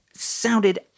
sounded